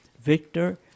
Victor